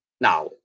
Now